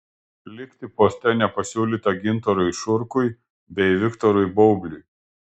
likti poste nepasiūlyta gintarui šurkui bei viktorui baubliui